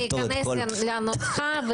זה גם צריך להיכנס לנוסחה.